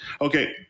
Okay